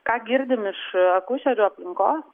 ką girdim iš akušerių aplinkos